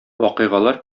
вакыйгалар